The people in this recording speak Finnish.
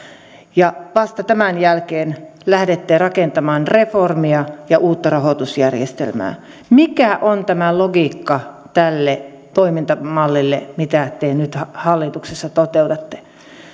ja vasta tämän jälkeen lähdette rakentamaan reformia ja uutta rahoitusjärjestelmää mikä on tämä logiikka tälle toimintamallille mitä te nyt hallituksessa toteutatte